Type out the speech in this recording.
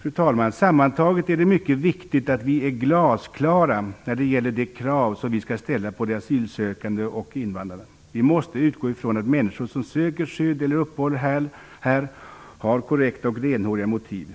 Fru talman! Sammantaget är det mycket viktigt att vi är glasklara när det gäller de krav som vi skall ställa på de asylsökande och på invandrarna. Vi måste utgå ifrån att människor som söker skydd eller uppehåll här har korrekta och renhåriga motiv.